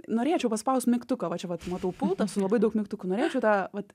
norėčiau paspaust mygtuką va čia vat matau pultą su labai daug mygtukų norėčiau tą vat